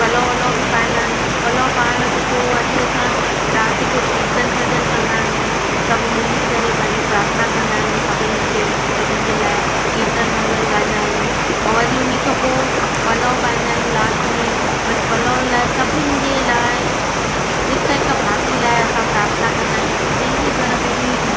पलउ वलव बि पाईंदा आहियूं पलउ पाइण खां पोइ वरी असां राति जो कीर्तन भॼन कंदा आयूं सभु मिली करे पंहिंजो प्रार्थना कंदा आहियूं सभिनि खे सभिनि जे लाइ कीर्तन भॼन ॻाईंदा आ्यूंहि ऐं वरी उन खां पोइ पलउ पाईंदा आहियूं लास्ट में वरी पलउ लाइ सभिनि जे लाइ हिकु हिकु भाती लाइ असां प्रार्थना कंदा आहियूं की जंहिंजे घर में बि